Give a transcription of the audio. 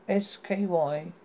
SKY